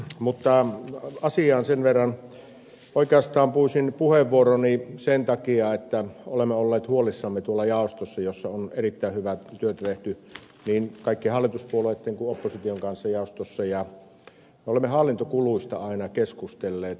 mutta asiaan sen verran oikeastaan pyysin puheenvuoroni sen takia että olemme olleet huolissamme tuolla jaostossa jossa on erittäin hyvää työtä tehty niin kaikkien hallituspuolueitten kuin opposition kanssa ja olemme hallintokuluista aina keskustelleet